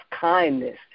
kindness